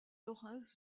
orens